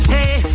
Hey